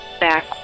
back